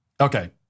Okay